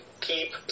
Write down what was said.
keep